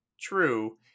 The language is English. true